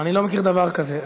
אני לא מכיר דבר כזה.